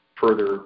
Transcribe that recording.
further